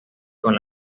con